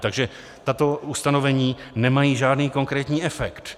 Takže tato ustanovení nemají žádný konkrétní efekt.